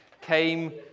came